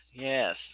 Yes